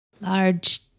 large